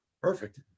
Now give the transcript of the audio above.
Perfect